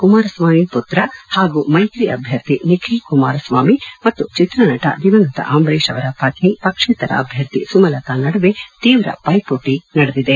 ಕುಮಾರಸ್ವಾಮಿ ಪುತ್ರ ಹಾಗೂ ಮೈತ್ರಿ ಅಭ್ವರ್ಥಿ ನಿಖಿಲ್ ಕುಮಾರಸ್ವಾಮಿ ಮತ್ತು ಚಿತ್ರನಟ ದಿವಂಗತ ಅಂಬರೀತ್ ಪತ್ನಿ ಪಕ್ಷೇತರ ಅಭ್ವರ್ಥಿ ಸುಮಲತಾ ನಡುವೆ ತೀವ್ರ ಪೈಮೋಟ ನಡೆದಿದೆ